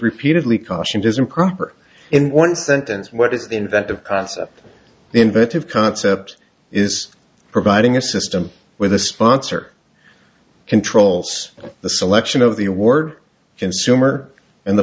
repeatedly cautioned is improper in one sentence what is the inventive inventive concept is providing a system where the sponsor controls the selection of the award consumer and the